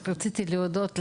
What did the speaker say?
רק רציתי להודות לכם,